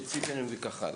בצימרים וכו'.